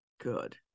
good